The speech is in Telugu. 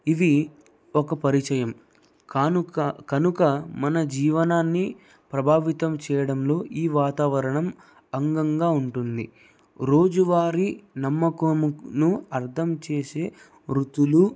ఇది ఒక పరిచయం కానుక కనుక మన జీవనాన్ని ప్రభావితం చేయడంలో ఈ వాతావరణం అంగంగా ఉంటుంది రోజువారి నమ్మకంను అర్థం చేసే వృద్ధులు